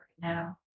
now